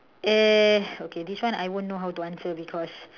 err okay this one I won't know how to answer because